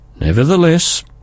Nevertheless